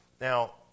Now